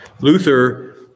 Luther